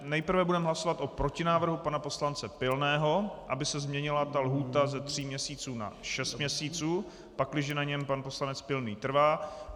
Nejprve budeme hlasovat o protinávrhu pana poslance Pilného, aby se změnila lhůta ze tří měsíců na šest měsíců, pakliže na něm pan poslanec Pilný trvá.